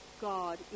God